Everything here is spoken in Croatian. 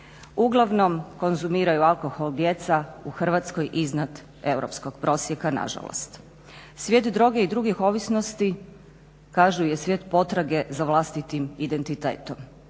Uglavnom konzumiraju alkohol djeca u Hrvatskoj iznad europskog prosjeka, nažalost. Svijet droge i drugih ovisnosti kažu je svijet potrage za vlastitim identitetom,